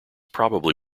probably